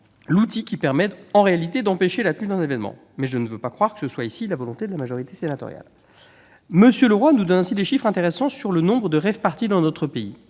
dispositif qui permet en réalité d'empêcher la tenue d'un événement, mais je ne veux pas croire que ce soit ici la volonté de la majorité sénatoriale ! M. Leroy nous donne des chiffres intéressants sur le nombre de rave-parties organisées dans notre pays.